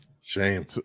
Shame